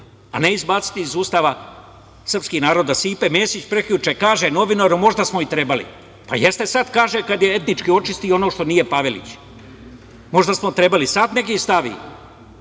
a ne izbaciti iz Ustava srpski narod, da Stipe Mesić prekjuče kaže novinaru – možda smo i trebali. Pa jeste sada kaže kada je etnički očistio ono što nije Pavelić. Možda smo trebali, sada neka ih stavi,